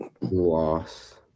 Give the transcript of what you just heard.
loss